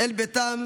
אל ביתם,